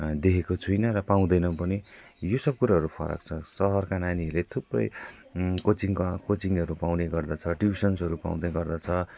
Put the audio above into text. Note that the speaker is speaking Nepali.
देखेको छुइनँ र पाउँदैन पनि यो सब कुरोहरू फरक छ सहरका नानीहरूले थुप्रै कोचिङ कोचिङहरू पाउने गर्दछ ट्युसनहरू पाउने गर्दछ